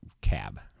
cab